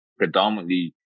Predominantly